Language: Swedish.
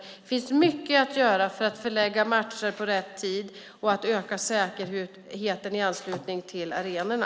Det finns mycket att göra när det gäller att förlägga matcher på rätt tid och att öka säkerheten i anslutning till arenorna.